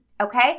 okay